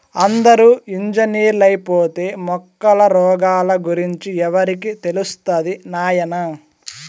అందరూ ఇంజనీర్లైపోతే మొక్కల రోగాల గురించి ఎవరికి తెలుస్తది నాయనా